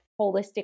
holistic